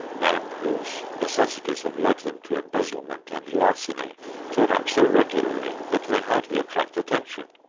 men whose necessities have led them to embezzlement and larceny turn up so regularly that they hardly attract attention.